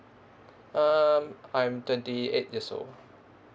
um I'm twenty eight years old